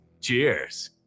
Cheers